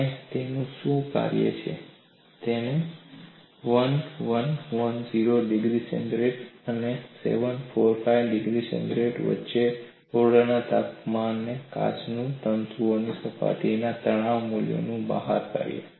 અને તેણે શું કર્યું તેણે 1110 ડિગ્રી સેન્ટીગ્રેડ અને 745 ડિગ્રી સેન્ટીગ્રેડ વચ્ચે ઓરડાના તાપમાને કાચ તંતુઓની સપાટીના તણાવ મૂલ્યોને બહાર કા્યા